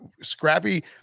scrappy